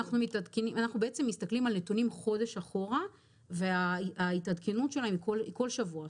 אנחנו בעצם מסתכלים על נתונים חודש אחורה וההתעדכנות שלהם היא כל שבוע,